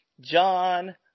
John